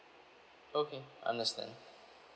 okay understand